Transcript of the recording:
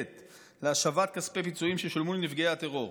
להשבת כספי פיצויים ששולמו לנפגעי הטרור".